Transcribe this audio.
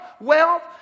wealth